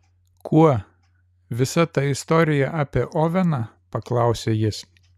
kuo visa ta istorija apie oveną paklausė jis